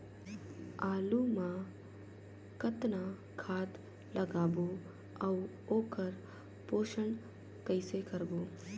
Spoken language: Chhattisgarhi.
आलू मा कतना खाद लगाबो अउ ओकर पोषण कइसे करबो?